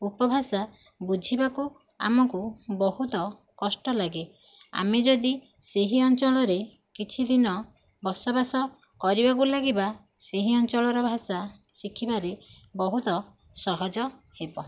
ଉପଭାଷା ବୁଝିବାକୁ ଆମକୁ ବହୁତ କଷ୍ଟ ଲାଗେ ଆମେ ଯଦି ସେହି ଅଞ୍ଚଳରେ କିଛିଦିନ ବସବାସ କରିବାକୁ ଲାଗିବା ସେହି ଅଞ୍ଚଳର ଭାଷା ଶିଖିବାରେ ବହୁତ ସହଜ ହେବ